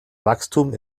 wachstum